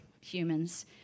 humans